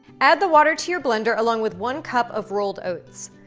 add the water to your blender along with one cup of rolled oats.